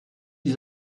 des